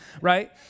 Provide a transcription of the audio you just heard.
right